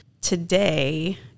today